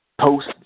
post